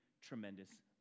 tremendous